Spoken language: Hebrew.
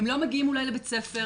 הם לא מגיעים אולי לבית ספר.